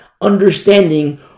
understanding